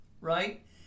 right